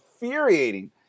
infuriating